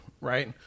right